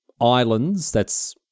islands—that's